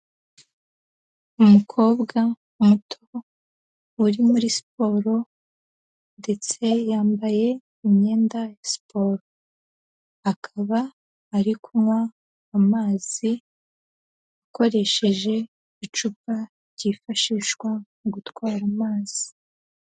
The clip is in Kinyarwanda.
Umukobwa muto uri muri siporo ndetse yambaye imyenda ya siporo. Akaba ari kunywa amazi akoresheje icupa ryifashishwa mu gutwara amazi.